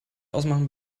ausmachen